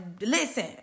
listen